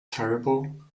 terrible